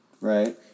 Right